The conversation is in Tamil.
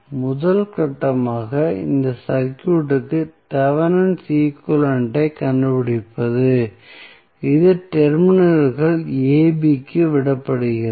முதல் கட்டமாக இந்த சர்க்யூட்க்கு தெவெனின் ஈக்வலன்ட் ஐக் கண்டுபிடிப்பது இது டெர்மினல்கள் ab க்கு விடப்படுகிறது